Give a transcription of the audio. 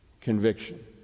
conviction